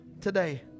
Today